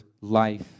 life